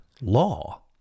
law